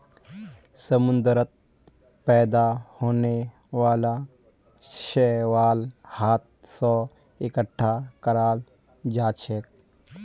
समुंदरत पैदा होने वाला शैवाल हाथ स इकट्ठा कराल जाछेक